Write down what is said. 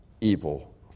evil